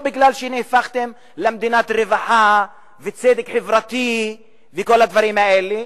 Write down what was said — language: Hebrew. לא כי נהפכתם למדינת רווחה וצדק חברתי וכל הדברים האלה,